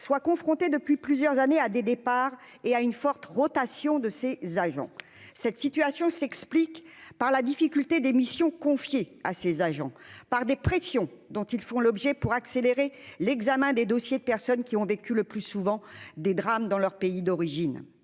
soit confronté depuis plusieurs années à des départs et à une forte rotation de ses agents, cette situation s'explique par la difficulté des missions confiées à ces agents par des pressions dont ils font l'objet pour accélérer l'examen des dossiers de personnes qui ont vécu le plus souvent des drames dans leur pays d'origine,